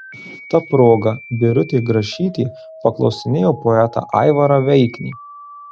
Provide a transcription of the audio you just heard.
ta proga birutė grašytė paklausinėjo poetą aivarą veiknį